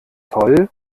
toll